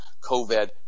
COVID